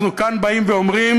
אנחנו כאן באים ואומרים